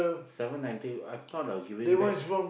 seven ninety I thought I'll give it back